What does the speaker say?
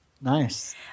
Nice